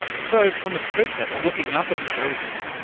so from a street level, looking up at the building,